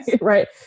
Right